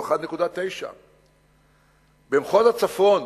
הוא 1.9. במחוז הצפון,